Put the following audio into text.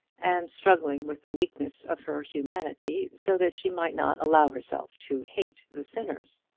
and struggling with the weakness of her humanity so that she might not allow herself to hate the sinners.